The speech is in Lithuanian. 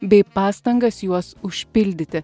bei pastangas juos užpildyti